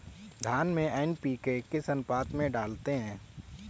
धान में एन.पी.के किस अनुपात में डालते हैं?